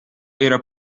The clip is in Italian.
era